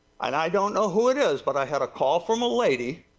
and i don't know who it is but i had call from ah lady.